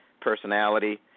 personality